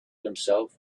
himself